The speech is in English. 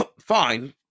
Fine